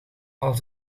als